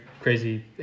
crazy